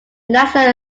national